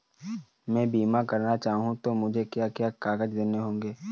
मैं बीमा करना चाहूं तो मुझे क्या क्या कागज़ देने होंगे?